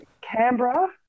Canberra